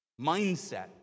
mindset